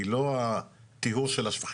היא לא הטיהור של השפכים,